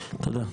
תודה.